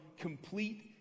complete